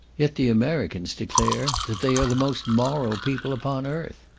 yet the americans declare that they are the most moral people upon earth.